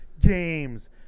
games